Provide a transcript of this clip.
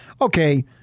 Okay